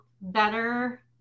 better